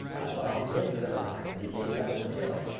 i saw him blink several times as he gazed up at the ceiling.